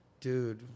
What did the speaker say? dude